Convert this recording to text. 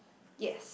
yes